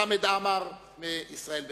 חמד עמאר מישראל ביתנו.